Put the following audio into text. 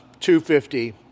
250